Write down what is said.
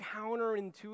counterintuitive